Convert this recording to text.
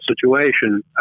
situation